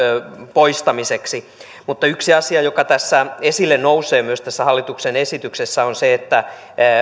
poistamiseksi mutta yksi asia joka esille nousee myös tässä hallituksen esityksessä on se että